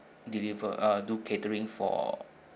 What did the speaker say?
deliver uh do catering for